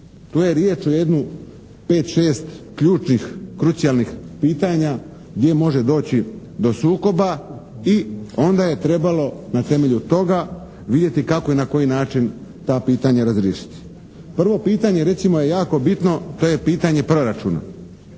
Tu je riječ o jedno pet, šest ključnih krucijalnih pitanja gdje može doći do sukoba i onda je trebalo na temelju toga vidjeti kako i na koji način ta pitanja razriješiti. Prvo pitanje recimo je jako bitno, to je pitanje proračuna.